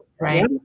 Right